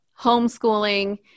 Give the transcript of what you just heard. homeschooling